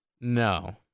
No